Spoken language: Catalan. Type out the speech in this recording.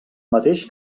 mateix